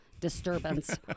disturbance